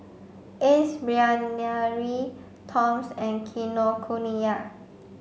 Ace Brainery Toms and Kinokuniya